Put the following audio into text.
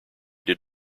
did